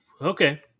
Okay